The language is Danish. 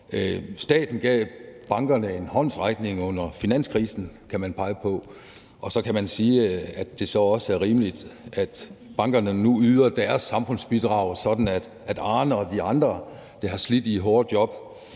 Staten gav bankerne en håndsrækning under finanskrisen, kan man pege på, og så kan man sige, at det så også er rimeligt, at bankerne nu yder deres samfundsbidrag, sådan at Arne og de andre, der har slidt i hårde job